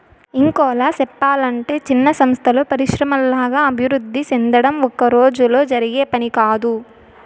ఇంకోలా సెప్పలంటే చిన్న సంస్థలు పరిశ్రమల్లాగా అభివృద్ధి సెందడం ఒక్కరోజులో జరిగే పని కాదు